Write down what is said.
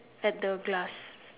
at the glass